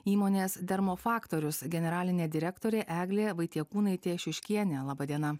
įmonės dermofaktorius generalinė direktorė eglė vaitiekūnaitė šiuškienė laba diena